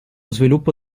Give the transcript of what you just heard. sviluppo